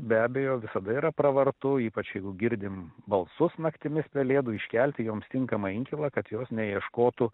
be abejo visada yra pravartu ypač jeigu girdim balsus naktimis pelėdų iškelti joms tinkamą inkilą kad jos neieškotų